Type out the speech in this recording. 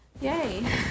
yay